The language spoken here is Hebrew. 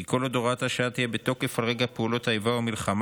כי כל עוד הוראת השעה תהיה בתוקף על רקע פעולות האיבה או המלחמה,